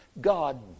God